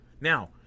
Now